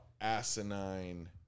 asinine